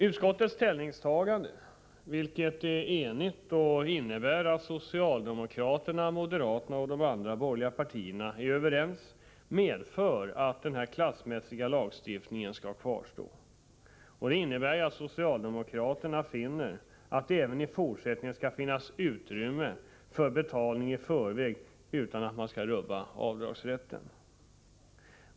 Utskottets ställningstagande, vilket är enigt och innebär att socialdemokraterna, moderaterna och de andra borgerliga partierna är överens, medför att denna klassmässiga lagstiftning skall kvarstå. Det innebär att socialdemokraterna finner att det även i fortsättningen skall finnas utrymme för betalning i förväg utan att avdragsrätten skall rubbas.